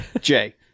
Jay